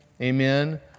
Amen